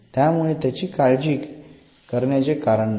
त्यामुळे त्याची काळजी करण्याचे कारण नाही